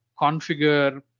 configure